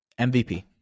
MVP